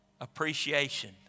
appreciation